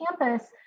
campus